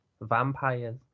vampires